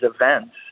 events